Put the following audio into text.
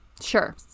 sure